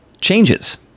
changes